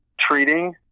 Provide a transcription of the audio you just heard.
treating